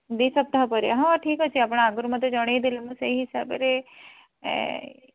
ଦୁଇ ସପ୍ତାହ ପରେ ହଁ ଠିକ୍ ଅଛି ଆପଣ ଆଗରୁ ମୋତେ ଜଣାଇ ଦେଲେ ମୁଁ ସେହି ହିସାବରେ